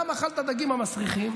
גם אכל את הדגים המסריחים,